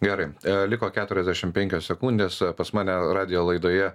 gerai liko keturiasdešim penkios sekundės pas mane radijo laidoje